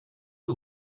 you